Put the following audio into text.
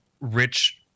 rich